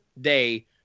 day